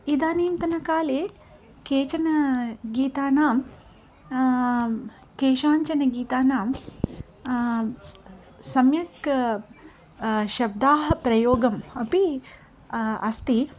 इदानीन्तनकाले केचन गीतानां केषाञ्चन गीतानां सम्यक् शब्दप्रयोगः अपि अस्ति